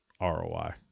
ROI